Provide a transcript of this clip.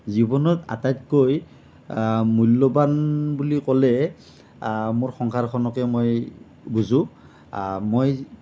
জীৱনত আটাইতকৈ মূল্যৱান বুলি ক'লে মোৰ সংসাৰখনকে মই বুজোঁ মই